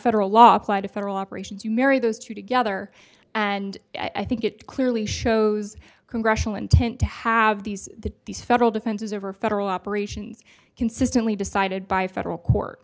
federal law apply to federal operations you marry those two together and i think it clearly shows congressional intent to have these days federal defenses over federal operations consistently decided by federal court